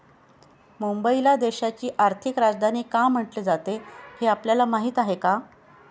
मुंबईला देशाची आर्थिक राजधानी का म्हटले जाते, हे आपल्याला माहीत आहे का?